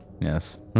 Yes